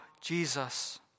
Jesus